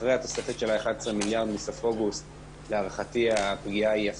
אחרי התוספת של 11 מיליארד בסוף אוגוסט להערכתי הפגיעה היא אפסית,